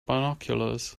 binoculars